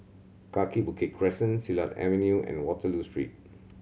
Kaki Bukit Crescent Silat Avenue and Waterloo Street